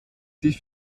sie